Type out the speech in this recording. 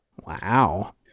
Wow